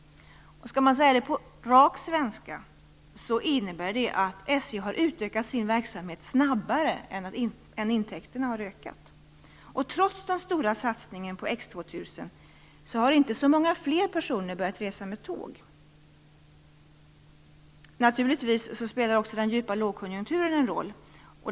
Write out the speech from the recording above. Skall man säga det på rak svenska innebär det att SJ har utökat sin verksamhet snabbare än intäkterna har ökat. Trots den stora satsningen på X 2000 har inte så många fler personer börjat resa med tåg. Naturligtvis spelar också den djupa lågkonjunkturen en roll.